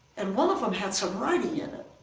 and, one of them had some writing in it.